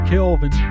Kelvin